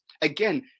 Again